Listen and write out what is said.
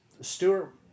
Stewart